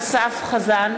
חזן,